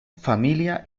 familia